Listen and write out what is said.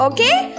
Okay